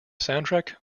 soundtrack